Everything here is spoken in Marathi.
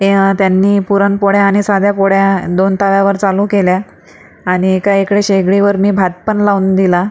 त्या त्यांनी पुरणपोळ्या आणि साध्या पोळ्या दोन ताव्यावर चालू केल्या आणि एका इकडे शेगडीवर मी भात पण लावून दिला